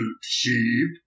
sheep